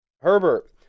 Herbert